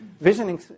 visioning